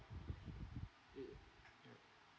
it mm